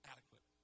Adequate